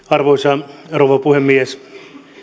arvoisa rouva puhemies